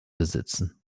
besitzen